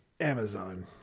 Amazon